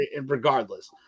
Regardless